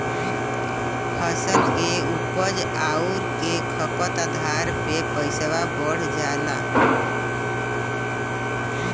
फसल के उपज आउर खपत के आधार पे पइसवा बढ़ जाला